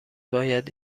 باید